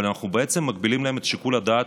אבל אנחנו בעצם מגבילים להם את שיקול הדעת.